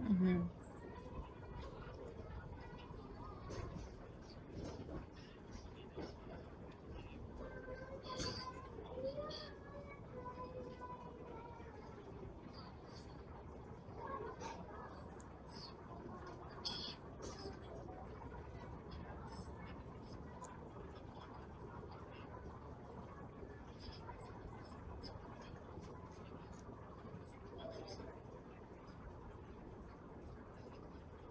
mmhmm